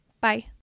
Bye